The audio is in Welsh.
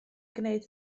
gwneud